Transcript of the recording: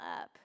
up